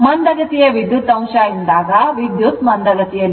ಮಂದಗತಿಯ ವಿದ್ಯುತ್ ಅಂಶ ಎಂದಾಗ ವಿದ್ಯುತ್ ಮಂದಗತಿಯಲ್ಲಿದೆ